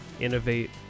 innovate